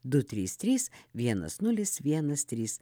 du trys trys vienas nulis vienas trys